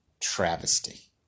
Travesty